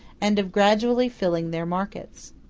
and of gradually filling their markets.